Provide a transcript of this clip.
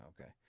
okay